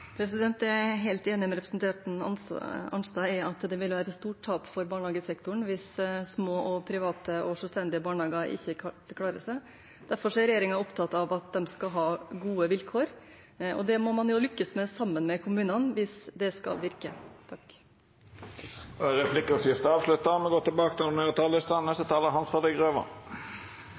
Jeg er helt enig med representanten Arnstad i at det ville være et stort tap for barnehagesektoren hvis små og selvstendige private barnehager ikke klarer seg. Derfor er regjeringen opptatt av at de skal ha gode vilkår, og det må man lykkes med sammen med kommunene hvis det skal virke. Replikkordskiftet er avslutta. Landets lærere har i år byttet ut klasserom og daglig samvær med